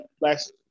last